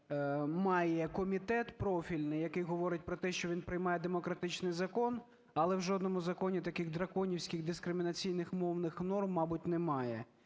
має комітет профільний, який говорить про те, що він приймає демократичний закон, але в жодному законі таких драконівських, дискримінаційних мовних норм, мабуть, немає.